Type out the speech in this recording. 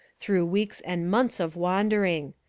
through weeks and months of wandering.